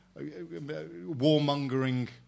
warmongering